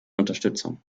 unterstützung